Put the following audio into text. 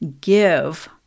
give